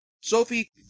Sophie